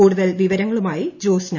കൂടുതൽ വിവരങ്ങളുമായി ജോസ്ന